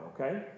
okay